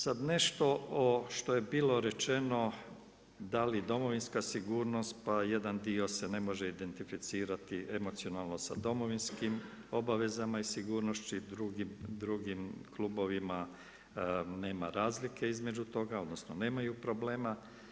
Sad ne što što je bilo rečeno da li Domovinska sigurnost, pa jedan dio se ne može identificirati emocionalno sa domovinskim obavezama i sigurnošću, drugim klubovima nema razlike između toga, odnosno nemaju problema.